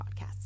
podcast